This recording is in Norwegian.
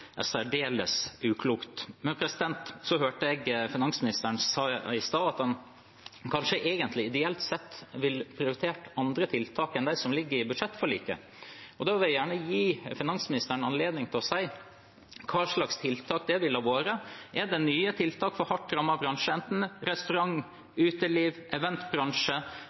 særdeles uklokt. Men jeg hørte finansministeren si i stad at han kanskje egentlig, ideelt sett, ville prioritert andre tiltak enn dem som ligger i budsjettforliket, og da vil jeg gjerne gi finansministeren anledning til å si hva slags tiltak det ville vært. Er det nye tiltak for en hardt rammet bransje, enten det er restaurant-,